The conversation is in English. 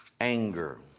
anger